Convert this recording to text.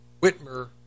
Whitmer